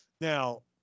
Now